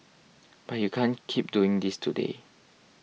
but you can't keep doing this today